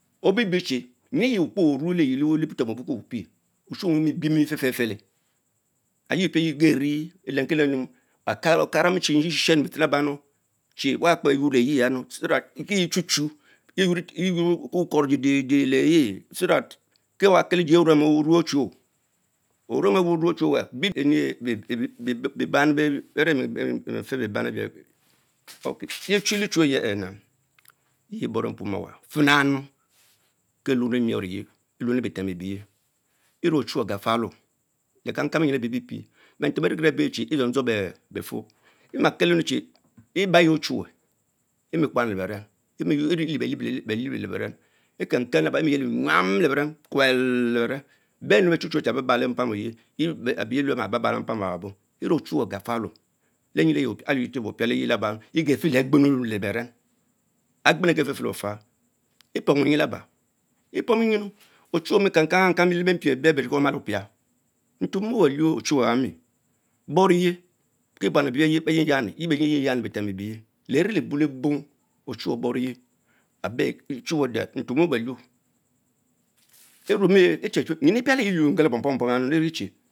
Obie bie cerie nyin eye we kpe me leyie leh wutem abueh ochuwe obine bee,, omibiem efch feh felle the pie yen gen vie elentilann ekaka omiechie shausen bitshe Labanıma chie wat kpe yuor leye ewa mun chat so that kul chap yeh your wutkorodede de lehe so that kie wab ker ejil open one ochinoh Brem, yie chamlichmych nah yie- borle mbuamen owa finanuny kie uuni ngiovese elven befem cbieye eruca Ochnwe agafalo le kang kang benyn eber pie pich, benten benckie ebelichin yere edjong dzoug befub emake chie Lebayie ochume enne kwann lee beren, erie the bench lee benen eken ken laba enajele enyam le beren, benu bechu chu bey chen balbal lee mpam onun abeye beh the beh ma balbal lempam owabo, eme ochiwe Asafalo lenyind eye opiele arya egen felen agben leh beren, Agbenn agen fen fen leafah, lepom myna Laba, epom nyiny ochuwe omi kan kan kan le beupie ebe gong amale opia ntumobeluu ochuwe Owami borien kie buan Ebaye bey penyan pth eyen yani betem ebieye, levielebolebo selniwe oboreye abes. ochu wedal intumobielun enimisch yienipiale ehe eyuu nkate pom pom pom.